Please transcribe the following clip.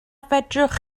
fedrwch